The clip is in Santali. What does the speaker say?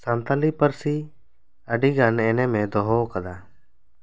ᱥᱟᱱᱛᱟᱲᱤ ᱯᱟᱹᱨᱥᱤ ᱟᱹᱰᱤ ᱜᱟᱱ ᱮᱱᱮᱢᱮ ᱫᱚᱦᱚ ᱟᱠᱟᱫᱟ